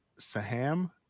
saham